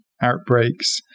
outbreaks